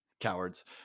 Cowards